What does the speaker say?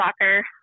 soccer